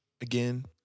again